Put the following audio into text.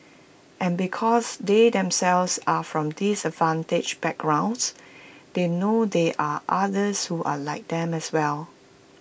and because they themselves are from disadvantaged backgrounds they know there are others who are like them as well